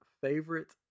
favorite